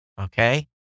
okay